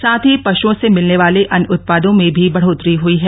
साथ ही पशुओं से मिलने वाले अन्य उत्पादों में भी बढ़ोतरी हुई है